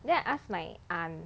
then I ask my aunt